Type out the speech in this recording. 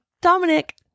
dominic